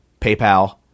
PayPal